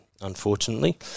unfortunately